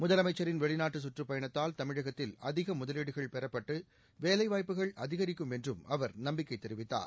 முதலமைச்சரின் வெளிநாட்டு சுற்றுப் பயணத்தால் தமிழகத்தில் அதிக முதலீடுகள் பெறப்பட்டு வேலைவாய்ப்புகள் அதிகரிக்கும் என்றும் அவர் நம்பிக்கை தெரிவித்தார்